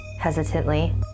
hesitantly